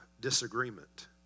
disagreement